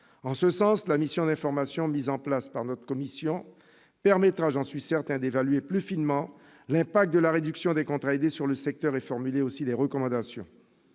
En ce sens, la mission d'information mise en place par notre commission permettra, j'en suis certain, d'évaluer plus finement l'impact de la réduction des contrats aidés sur le secteur et formuler ainsi des recommandations.